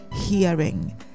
hearing